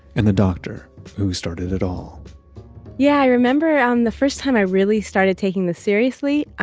and the doctor who started it all yeah i remember um the first time i really started taking this seriously,